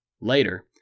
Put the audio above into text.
Later